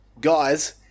Guys